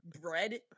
bread